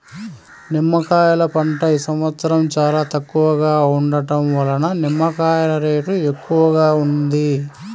నిమ్మకాయల పంట ఈ సంవత్సరం చాలా తక్కువగా ఉండటం వలన నిమ్మకాయల రేటు ఎక్కువగా ఉంది